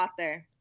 author